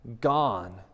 gone